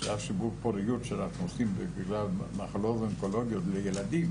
שימור פוריות שאנחנו עושים בגלל מחלות אונקולוגיות של ילדים